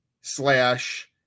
slash